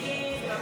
הסתייגות 35 לא